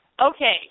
Okay